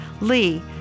Lee